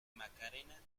macarena